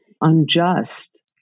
unjust